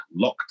lockdown